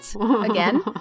again